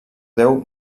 déu